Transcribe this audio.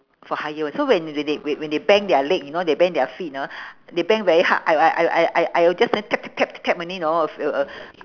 for higher so when they they w~ when they bang their leg you know they bang their feet ha they bang very hard I I I I I I will just uh tap tap tap tap tap only you know uh